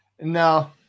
No